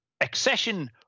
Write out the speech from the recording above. accession